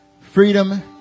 freedom